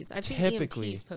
typically